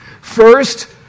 first